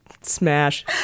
Smash